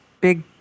big